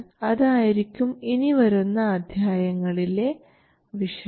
അതായിരിക്കും ഇനി വരുന്ന അദ്ധ്യായങ്ങളിലെ വിഷയം